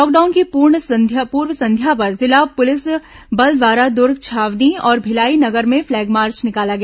lockdown की पूर्व संध्या पर जिला पुलिस बल द्वारा दुर्ग छावनी और भिलाई नगर में फ्लैग मार्च निकाला गया